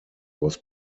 was